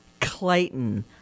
Clayton